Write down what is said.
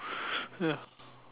ya